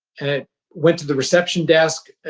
and ah went to the reception desk.